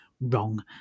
wrong